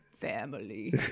family